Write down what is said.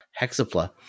Hexapla